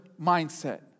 mindset